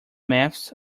maths